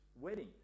wedding